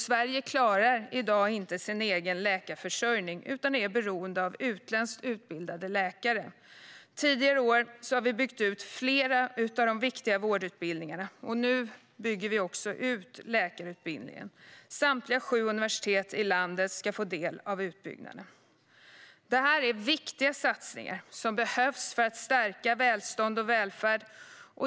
Sverige klarar i dag inte sin egen läkarförsörjning utan är beroende av utländskt utbildade läkare. Tidigare år har vi byggt ut flera av de viktiga vårdutbildningarna. Nu bygger vi ut läkarutbildningen. Samtliga sju universitet i landet ska få del av utbyggnaden. Det här är viktiga satsningar som behövs för att stärka välstånd och välfärd.